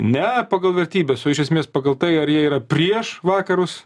ne pagal vertybes o iš esmės pagal tai ar jie yra prieš vakarus